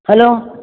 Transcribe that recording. hello